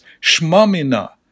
Shmamina